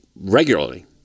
regularly